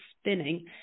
spinning